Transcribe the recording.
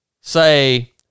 say